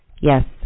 yes